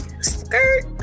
skirt